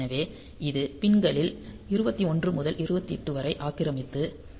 எனவே இது பின் களில் 21 முதல் 28 வரை ஆக்கிரமித்து P2